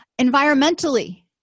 Environmentally